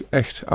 echt